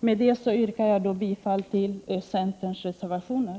Med detta yrkar jag bifall till centerns reservationer.